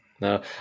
No